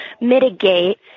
mitigate